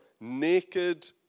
naked